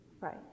Right